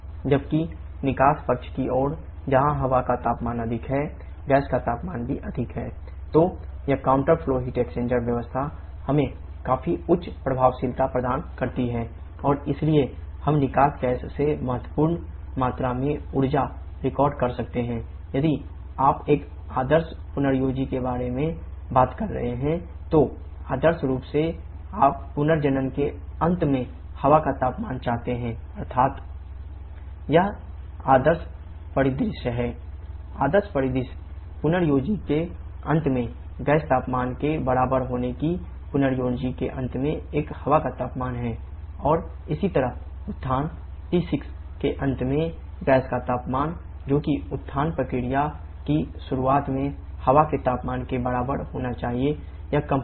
जबकि निकास पक्ष के बारे में बात कर रहे हैं तो आदर्श रूप से आप पुनर्जनन के अंत में हवा का तापमान चाहते हैं अर्थात्